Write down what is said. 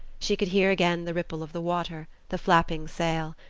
she could hear again the ripple of the water, the flapping sail.